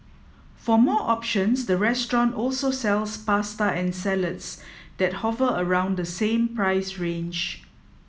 for more options the restaurant also sells pasta and salads that hover around the same price range